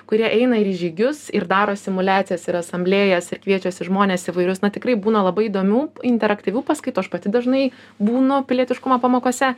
kurie eina ir į žygius ir daro simuliacijas ir asamblėjas ir kviečiasi žmones įvairius na tikrai būna labai įdomių interaktyvių paskaitų aš pati dažnai būnu pilietiškumo pamokose